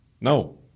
No